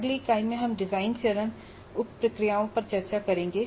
अगली इकाई में हम डिजाइन चरण उप प्रक्रियाओं पर चर्चा करेंगे